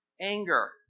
anger